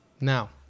Now